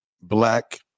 Black